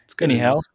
anyhow